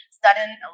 studying